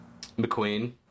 McQueen